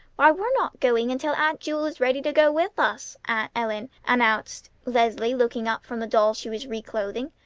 why, we're not going until aunt jewel is ready to go with us, aunt ellen, announced leslie, looking up from the doll she was reclothing.